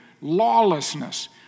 lawlessness